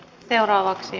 kiitos